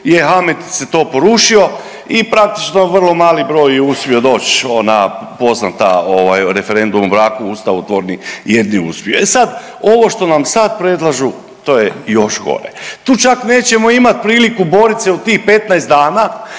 je hametice to porušio i praktično vrlo mali broj je uspio doći, ona poznata referendum o braku, ustavotvorni jedni uspiju. E sad, ovo što nam sad predlažu to je još gore. Tu čak nećemo imati priliku borit se u tih 15 dana